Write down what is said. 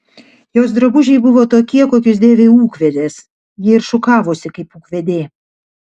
jos drabužiai buvo tokie kokius dėvi ūkvedės ji ir šukavosi kaip ūkvedė